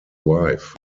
wife